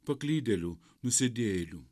paklydėlių nusidėjėlių